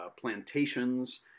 plantations